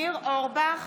ניר אורבך,